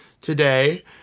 today